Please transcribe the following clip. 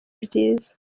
byiza